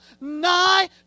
nigh